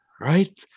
Right